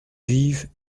vive